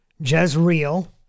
Jezreel